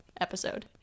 episode